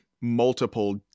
multiple